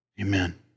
Amen